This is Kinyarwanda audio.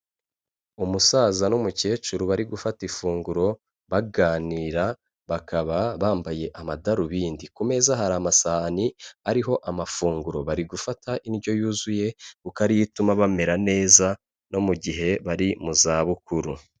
Umusaza n'umukecuru bari gufata ifunguro, baganira bakaba bambaye amadarubindi. Ku meza hari amasahani ariho amafunguro, bari gufata indyo yuzuye kuko ari yo ituma bamera neza no mu gihe bari mu zabukuru.